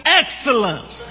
excellence